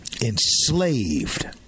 enslaved